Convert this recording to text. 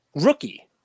Rookie